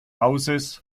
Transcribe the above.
hauses